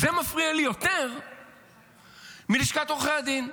זה מפריע לי יותר מלשכת עורכי הדין.